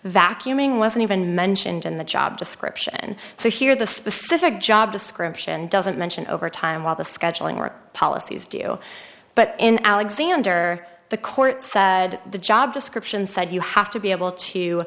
vacuuming wasn't even mentioned in the job description so here the specific job description doesn't mention over time while the scheduling or policies do but in alexander the court said the job description said you have to be able to